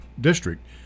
district